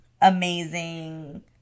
amazing